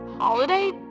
Holiday